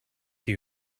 you